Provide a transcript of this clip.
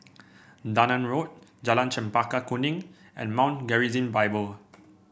Dunearn Road Jalan Chempaka Kuning and Mount Gerizim Bible